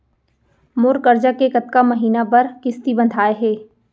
मोर करजा के कतका महीना बर किस्ती बंधाये हे?